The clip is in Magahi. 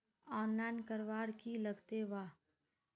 आनलाईन करवार की लगते वा?